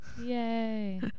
Yay